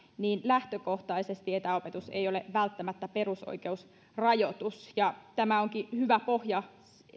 niin lähtökohtaisesti etäopetus ei ole välttämättä perusoikeusrajoitus tämä huomio onkin hyvä pohja